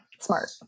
Smart